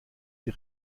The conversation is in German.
die